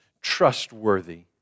trustworthy